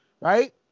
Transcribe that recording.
right